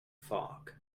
fog